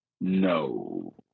No